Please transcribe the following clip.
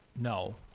No